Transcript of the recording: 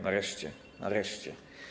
Nareszcie, nareszcie.